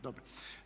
Dobro.